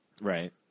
Right